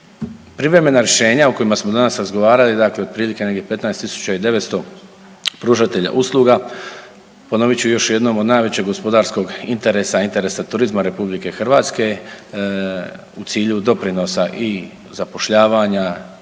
privremena rješenja o kojima smo danas razgovarali, dakle otprilike negdje 15.900 pružatelja usluga, ponovit ću još jednom od najvećeg gospodarskog interesa, interesa turizma RH u cilju doprinosa i zapošljavanja,